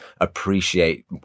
appreciate